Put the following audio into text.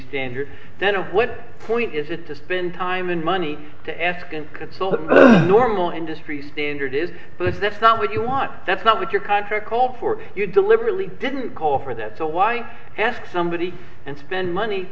standard then of what point is it to spend time and money to ask and consult normal industry standard is that's not what you want that's not what your contract call for you deliberately didn't call for that so why ask somebody and spend money